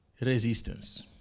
resistance